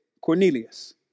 Cornelius